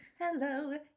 Hello